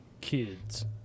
Kids